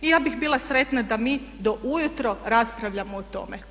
Ja bih bila sretna da mi do ujutro raspravljamo o tome.